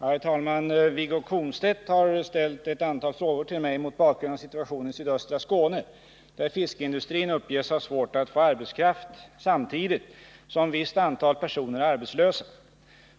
Herr talman! Wiggo Komstedt har ställt ett antal frågor till mig mot bakgrund av situationen i sydöstra Skåne, där fiskindustrin uppges ha svårt att få arbetskraft samtidigt som visst antal personer är arbetslösa.